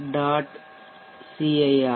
cir